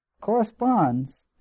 corresponds